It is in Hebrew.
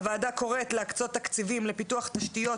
הוועדה קוראת להקצות תקציבים לפיתוח תשתיות